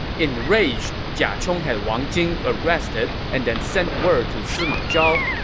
enraged, jia chong had wang jing arrested and then sent word to sima zhao.